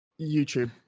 YouTube